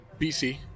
BC